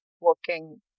working